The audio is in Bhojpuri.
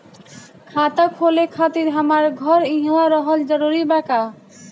खाता खोले खातिर हमार घर इहवा रहल जरूरी बा का?